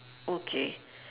okay